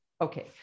Okay